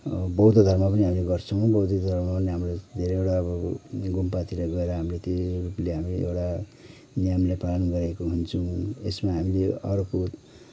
a बौद्ध धर्म पनि हामीले गर्छौँ बौद्ध धर्ममा पनि हाम्रो एउटा अब गुम्बातिर गएर हामीले त्यो रूपले एउटा नियमले पालन गरेको हुन्छौँ यसमा हामीले अर्को